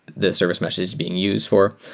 the service mesh is being used for.